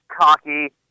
cocky